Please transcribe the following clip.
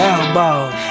Elbows